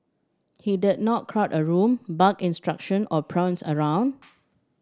he did not crowd a room bark instruction or prance around